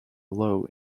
low